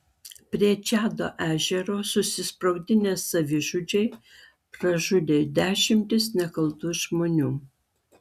prie čado ežero susisprogdinę savižudžiai pražudė dešimtis nekaltų žmonių